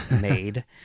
made